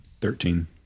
thirteen